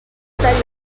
tall